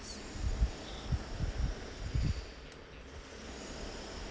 us